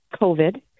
COVID